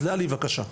ללי, בבקשה.